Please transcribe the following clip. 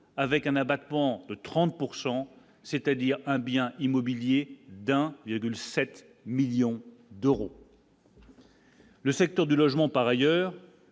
avec un abattement de 30 pourcent c'est-à-dire un bien immobilier d'un virgule 7 millions d'euros. Le secteur du logement par ailleurs